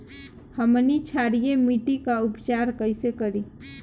हमनी क्षारीय मिट्टी क उपचार कइसे करी?